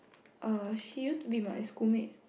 err she used to be my school mate